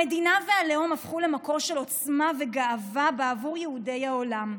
המדינה והלאום הפכו למקור של עוצמה וגאווה בעבור יהודי העולם.